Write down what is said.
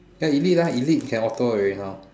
ya elite ah elite can auto already now